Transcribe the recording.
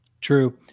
True